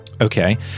Okay